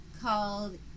called